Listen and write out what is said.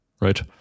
right